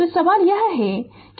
तो सवाल यह है कि